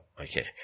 okay